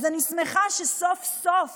אז אני שמחה שסוף-סוף